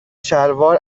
شلوار